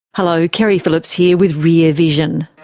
hello, keri phillips here with rear vision.